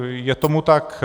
Je tomu tak.